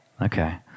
Okay